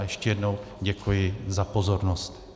A ještě jednou děkuji za pozornost.